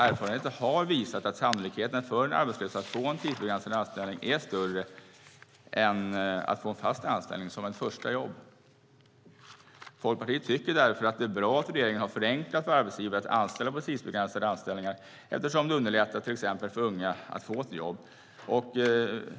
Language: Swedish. Erfarenheten har visat att sannolikheten för en arbetslös att få en tidsbegränsad anställning är större än att få en fast anställning som ett första jobb. Folkpartiet tycker därför att det är bra att regeringen har förenklat för arbetsgivare att tillämpa tidsbegränsade anställningar, eftersom det underlättar för till exempel unga att få ett jobb.